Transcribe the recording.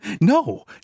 No